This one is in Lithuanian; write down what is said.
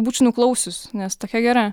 būčiau nuklausius nes tokia gera